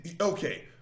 okay